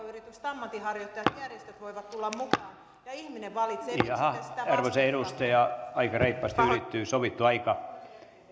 yritykset ammatinharjoittajat järjestöt voivat tulla mukaan ja ihminen valitsee arvoisa edustaja aika reippaasti ylittyi sovittu aika